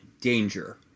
Danger